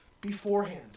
beforehand